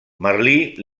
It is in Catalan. merlí